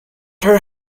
her